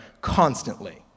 constantly